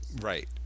Right